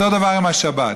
אותו דבר עם השבת.